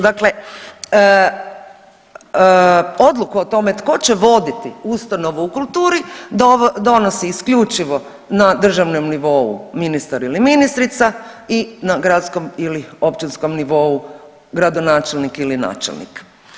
Dakle, odluka o tome tko će voditi ustanovu u kulturi donosi isključivo na državnom nivou ministar ili ministrica i na gradskom ili na općinskom nivou gradonačelnik ili načelnik.